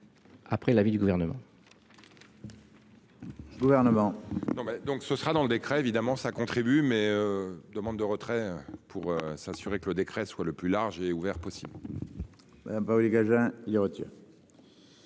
Après l'avis du gouvernement.